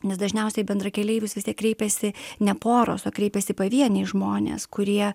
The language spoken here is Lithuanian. nes dažniausiai į bendrakeleivius vis tiek kreipiasi ne poros o kreipiasi pavieniai žmonės kurie